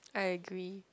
I agree